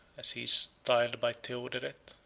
as he is styled by theodoret,